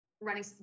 running